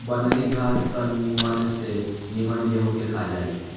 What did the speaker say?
बनरी घास त निमन से निमन गेंहू के खा जाई